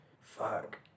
fuck